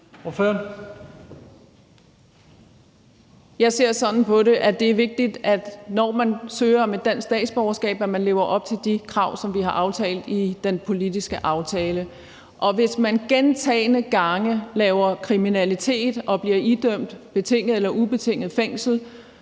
Jeg ser sådan på det, at det er vigtigt, at man, når man søger om et dansk statsborgerskab, lever op til de krav, som vi har aftalt i den politiske aftale. Og hvis man gentagne gange laver kriminalitet og bliver idømt betinget eller ubetinget fængsel